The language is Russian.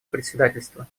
председательства